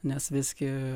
nes visgi